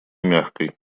мягкой